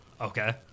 Okay